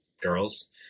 girls